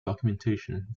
documentation